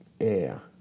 Air